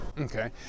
Okay